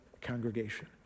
congregation